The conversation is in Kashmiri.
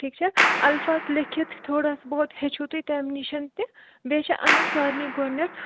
ٹھیٖک چھَ الفاظ لیٚکھِتھ چھِ تھوڑا بہت ہیٚچھِو تُہۍ تمہ نِش تہِ بیٚیہِ چھِ انن سارنے گۄڈنیٚتھ